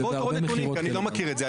אז בואו תראו נתונים, כי אני לא מכיר את זה.